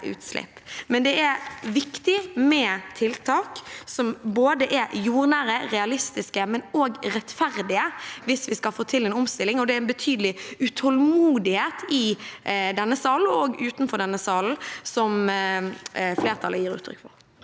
Det er viktig med tiltak som er jordnære og realistiske, men også rettferdige, hvis vi skal få til en omstilling, og det er en betydelig utålmodighet i denne salen, og også utenfor denne salen, som flertallet gir uttrykk for.